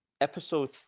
episode